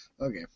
Okay